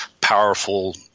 powerful